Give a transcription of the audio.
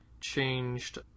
changed